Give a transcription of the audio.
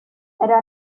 era